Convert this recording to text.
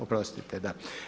Oprostite, da.